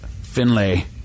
Finlay